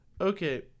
Okay